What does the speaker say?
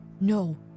No